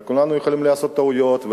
כולנו יכולים לעשות טעויות,